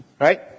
right